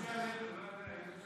תכעסי עלינו, לא עליה.